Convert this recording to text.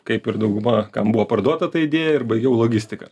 kaip ir dauguma kam buvo parduota ta idėja ir baigiau logistiką